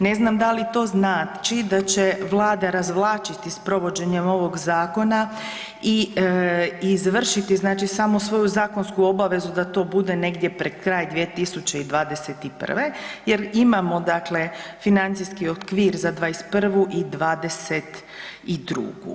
Ne znam da li to znači da će vlada razvlačiti s provođenjem ovog zakona i izvršiti, znači samo svoju zakonsku obavezu da to bude negdje pred kraj 2021. jer imamo dakle financijski okvir za '21. i '22.